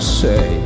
say